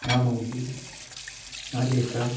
ना मावजि ना देख्रा